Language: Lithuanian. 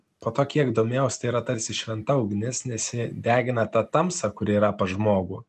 po to kiek domėjaus tai yra tarsi šventa ugnis nes ji degina tą tamsą kuri yra pas žmogų